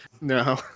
No